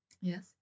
Yes